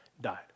died